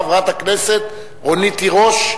חברת הכנסת רונית תירוש,